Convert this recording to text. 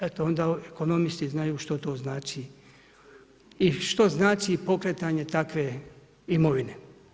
Eto onda ekonomisti znaju što to znači i što znači pokretanje takve imovine.